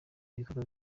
ibikorwa